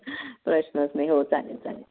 प्रश्नच नाही हो चालेल चालेल